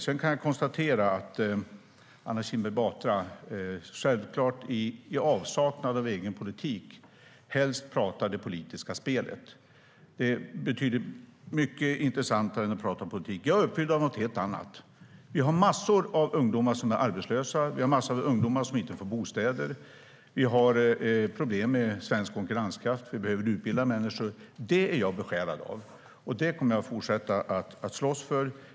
Sedan kan jag konstatera att Anna Kinberg Batra i avsaknad av egen politik helst pratar om det politiska spelet - det är mycket mer intressant än att prata om politik. Jag är uppfylld av något helt annat. Vi har massor av ungdomar som är arbetslösa. Vi har massor av ungdomar som inte får bostäder. Vi har problem med svensk konkurrenskraft. Vi behöver utbilda människor. Det är jag besjälad av, och det kommer jag att fortsätta att slåss för.